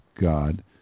God